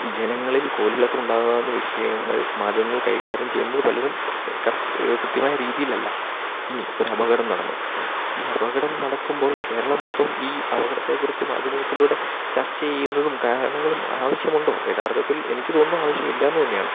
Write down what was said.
ജനങ്ങളിൽ കോളിളക്കം ഉണ്ടാകാവുന്ന വിഷയങ്ങൾ മാധ്യമങ്ങൾ കൈകാര്യം ചെയ്യുന്നത് പലരും കൃത്യമായ രീതിയിലല്ല ഇനി ഒരു അപകടം നടന്നു ഈ അപകടം നടക്കുമ്പോൾ കേരളം മൊത്തം ഈ അപകടത്തെക്കുറിച്ച് മാധ്യമത്തിലൂടെ ചർച്ച ചെയ്യുന്നതും കാരണങ്ങളും ആവശ്യമുണ്ടോ യഥാർഥത്തിൽ എനിക്ക് തോന്നുന്നു ആവശ്യമില്ലയെന്നു തന്നെയാണ്